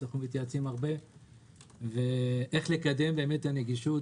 שאנחנו מתייעצים הרבה איך לקדם את הנגישות,